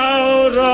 Out